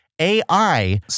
AI